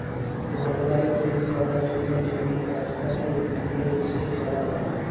ঘরবাড়ি তৈরি করার জন্য জমির ব্যবসাকে রিয়েল এস্টেট বলা হয়